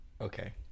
Okay